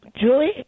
Julie